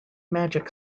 magic